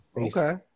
Okay